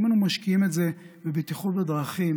היינו משקיעים בבטיחות בדרכים'